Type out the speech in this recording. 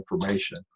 information